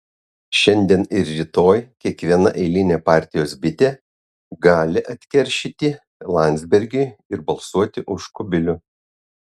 šiandien ir rytoj kiekviena eilinė partijos bitė gali atkeršyti landsbergiui ir balsuoti už kubilių